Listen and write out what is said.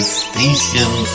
station